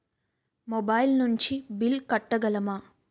Mobile నుంచి bill కట్టగలమ?